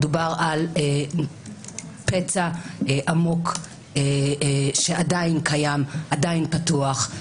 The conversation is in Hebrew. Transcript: מדובר על פצע עמוק שעדיין קיים, עדיין פתוח.